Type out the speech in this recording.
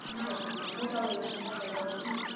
हुन्छ हुन्छ म तपाईँलाई म कन्ट्याक्ट गर्छु नि